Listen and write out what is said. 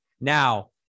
Now